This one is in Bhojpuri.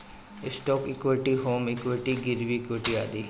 स्टौक इक्वीटी, होम इक्वीटी, गिरवी इक्वीटी आदि